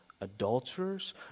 adulterers